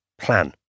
plan